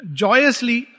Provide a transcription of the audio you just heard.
joyously